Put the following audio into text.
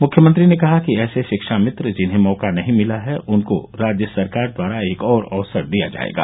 मुख्यमंत्री ने कहा कि ऐसे शिक्षामित्र जिन्हें मौका नहीं मिला है उनको राज्य सरकार द्वारा एक और अवसर दिया जायेगा